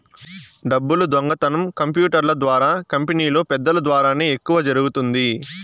డబ్బులు దొంగతనం కంప్యూటర్ల ద్వారా కంపెనీలో పెద్దల ద్వారానే ఎక్కువ జరుగుతుంది